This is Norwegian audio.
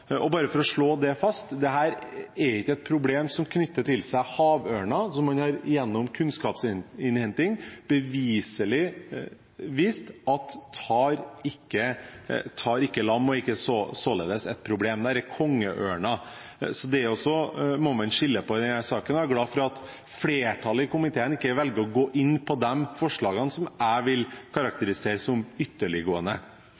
Og bare for å slå det fast: Dette er ikke et problem som knytter seg til havørnen, som man gjennom kunnskapsinnhenting beviselig har vist ikke tar lam, og således ikke er et problem. Dette gjelder kongeørnen. Så det må man også skille mellom i denne saken, og jeg er glad for at flertallet i komiteen ikke velger å gå inn for de forslagene som jeg vil